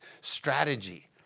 strategy